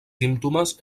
símptomes